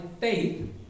faith